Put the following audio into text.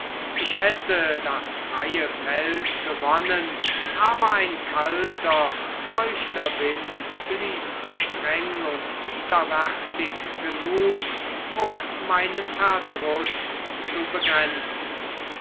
ich hätte das freie feld gewonnen aber ein kalter feuchter wind blies streng und widerwärtig genug um meinen verdruß zu begrenzen